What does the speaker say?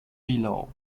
below